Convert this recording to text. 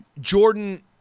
Jordan –